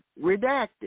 redacted